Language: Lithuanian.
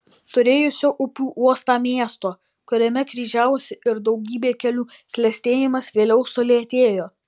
turėjusio upių uostą miesto kuriame kryžiavosi ir daugybė kelių klestėjimas vėliau sulėtėjo